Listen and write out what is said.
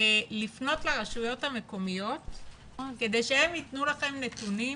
לפנות לרשויות המקומיות כדי שהן יתנו לכם נתונים